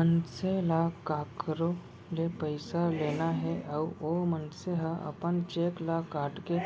मनसे ल कखरो ले पइसा लेना हे अउ ओ मनसे ह अपन चेक ल काटके